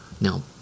Now